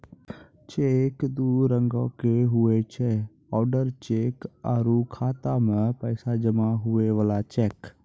cheque दू रंगोके हुवै छै ओडर चेक आरु खाता मे पैसा जमा हुवै बला चेक